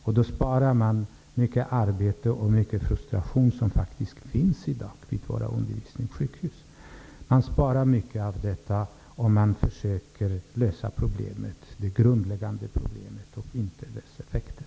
Om man försöker att lösa det grundläggande problemet och inte dess effekter, skulle man spara mycket av det arbete och den frustruation som i dag finns på undervisningssjukhusen.